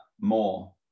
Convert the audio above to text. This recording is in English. more